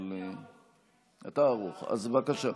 אתה ערוך, אז בבקשה.